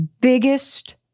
biggest